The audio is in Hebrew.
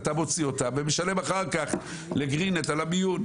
אתה מוציא אותם ומשלם אחר כך לגרין נט על המיון.